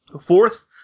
Fourth